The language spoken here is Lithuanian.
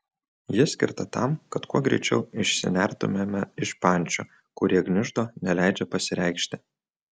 ji skirta tam kad kuo greičiau išsinertumėme iš pančių kurie gniuždo neleidžia pasireikšti